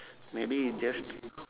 maybe just